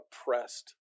oppressed